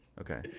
Okay